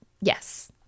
yes